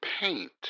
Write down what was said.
paint